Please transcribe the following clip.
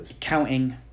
counting